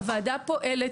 הוועדה פועלת,